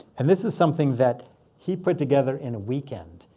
and this is something that he put together in a weekend.